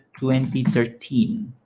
2013